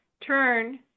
turn